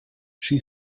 she